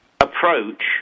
approach